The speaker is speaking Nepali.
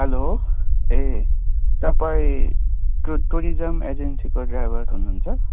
हेलो ए तपाईँ टुरिजम एजेन्सीको ड्राइभर हुनुहुन्छ